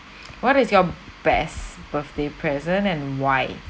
what is your best birthday present and why